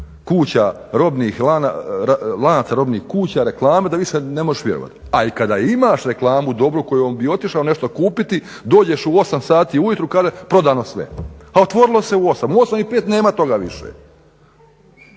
kuća, lanaca robnih kuća reklama da više ne može vjerovati. A ikada imaš reklamu dobru koju bi otišao nešto kupiti, dođeš u 8 sati ujutro, kaže prodano sve. A otvorilo se u 8, u 8 i 5 nema toga više.